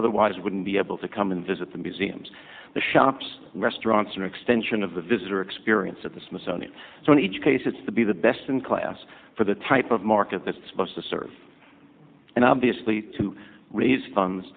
otherwise wouldn't be able to come and visit the museums the shops restaurants an extension of the visitor experience at the smithsonian so in each case it's the be the best in class for the type of market that's supposed to serve and obviously to raise funds